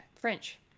French